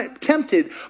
tempted